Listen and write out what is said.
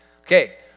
Okay